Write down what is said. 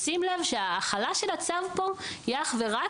שים לב שההחלה של הצו כאן היא אך ורק